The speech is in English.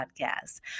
podcast